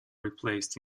replaced